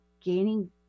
gaining